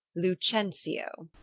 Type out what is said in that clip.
lucentio.